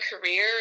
career